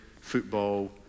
Football